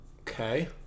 Okay